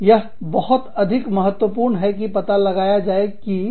यह बहुत अधिक महत्वपूर्ण है कि पता लगाया जाए कि कहां चीजें गलत जा रहे हैं